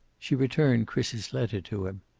she returned chris's letter to him.